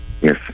Yes